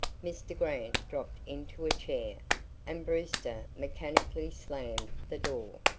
mr. grant dropped into a chair and brewster mechanically slammed the door.